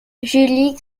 julie